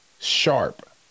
Sharp